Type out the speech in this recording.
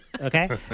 Okay